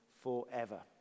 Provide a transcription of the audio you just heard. forever